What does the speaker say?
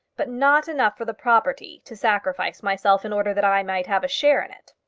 but not enough for the property to sacrifice myself in order that i might have a share in it.